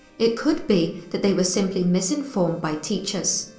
it could be that they were simply misinformed by teachers.